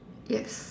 yes